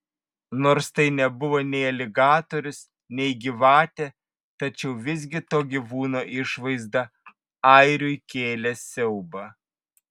nors tai nebuvo nei aligatorius nei gyvatė tačiau visgi to gyvūno išvaizda airiui kėlė siaubą